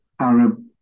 Arab